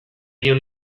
dion